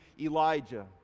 Elijah